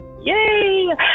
Yay